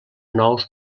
nous